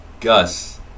Gus